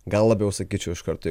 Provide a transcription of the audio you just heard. gal labiau sakyčiau iš karto